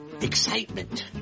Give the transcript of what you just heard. Excitement